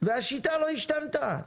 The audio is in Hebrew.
והשיטה לא השתנתה.